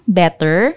better